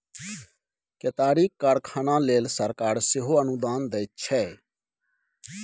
केतारीक कारखाना लेल सरकार सेहो अनुदान दैत छै